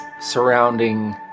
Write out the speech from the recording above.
surrounding